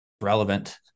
relevant